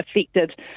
affected